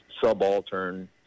subaltern